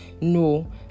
no